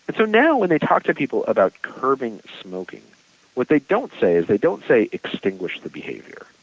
but so, now when they talk to people about curbing smoking what they don't say is they don't say extinguish the behavior.